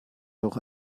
doch